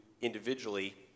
individually